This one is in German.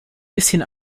bisschen